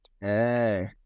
Hey